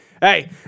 hey